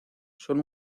son